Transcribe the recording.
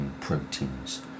proteins